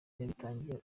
yabitangiye